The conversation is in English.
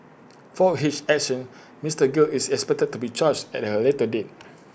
for his actions Mister gill is expected to be charged at A later date